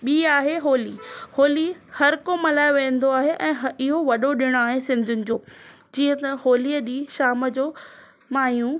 ॿीं आहे होली होली हर को मल्हाए वेंदो आहे ऐं इहो वॾो ॾिणु आहे सिंधियुनि जो जीअं त होलीअ ॾींहुं शाम जो मायूं